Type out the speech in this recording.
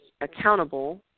accountable